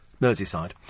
Merseyside